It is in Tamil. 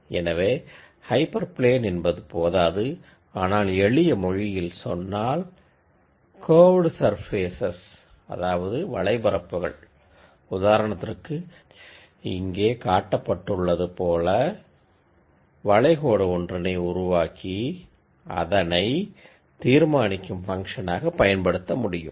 எனவே ஹைப்பர் பிளேன் என்பது போதாது ஆனால் எளிய மொழியில் சொன்னால் curved surfaces அதாவது வளைபரப்புகள் உதாரணத்திற்கு இங்கே காட்டப்பட்டுள்ளது போல வளைகோடு ஒன்றினை உருவாக்கி அதனை தீர்மானிக்கும் ஃபங்ஷனாக பயன்படுத்தமுடியும்